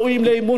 תודה רבה.